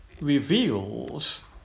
reveals